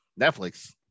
Netflix